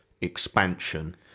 expansion